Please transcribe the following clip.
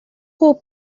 hub